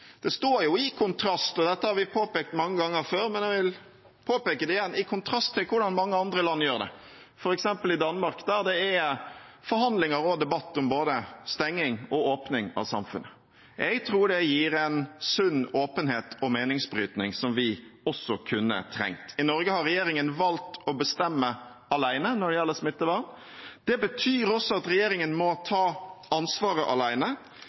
Det står i kontrast – dette har vi påpekt mange ganger før, men jeg vil påpeke det igjen – til hvordan mange andre land gjør det, f.eks. i Danmark, der det er forhandlinger og debatt om både stenging og åpning av samfunnet. Jeg tror det gir en sunn åpenhet og meningsbrytning som vi også kunne trengt. I Norge har regjeringen valgt å bestemme alene når det gjelder smittevern. Det betyr også at regjeringen må ta ansvaret